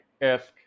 esque